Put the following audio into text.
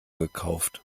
gekauft